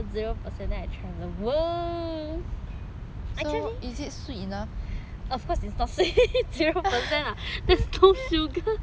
of course it's not sweet zero percent mah that's no sugar ya but I I